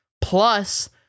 Plus